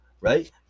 right